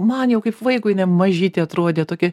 man jau kaip vaikui ne mažytė atrodė tokia